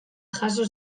jaso